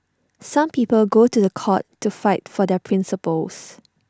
some people go to The Court to fight for their principles